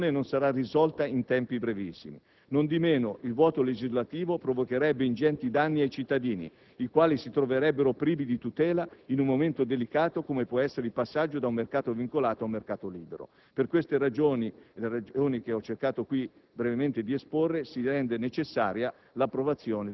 infrazioni che si trasformeranno in sanzioni se la situazione non sarà risolta in tempi brevissimi. Nondimeno, il vuoto legislativo provocherebbe ingenti danni ai cittadini, i quali si troverebbero privi di tutela in un momento delicato come può essere il passaggio da un mercato vincolato a un mercato libero. Per le ragioni che ho cercato qui